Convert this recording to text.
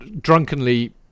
drunkenly